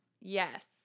Yes